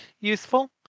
useful